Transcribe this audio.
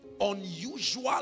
Unusual